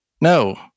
No